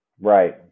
Right